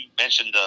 mentioned